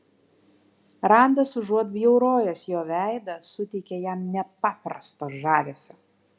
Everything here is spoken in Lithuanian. randas užuot bjaurojęs jo veidą suteikė jam nepaprasto žavesio